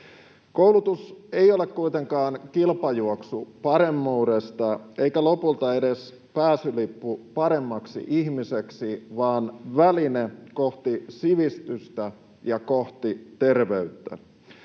Koulutus ei ole kuitenkaan kilpajuoksu paremmuudesta eikä lopulta edes pääsylippu paremmaksi ihmiseksi vaan väline kohti sivistystä ja kohti terveyttä.